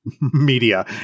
media